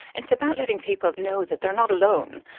it's about letting people know that they are not alone,